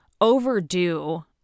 overdue